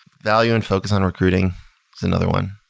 value and focus on recruiting is another one.